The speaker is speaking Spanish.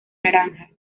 naranja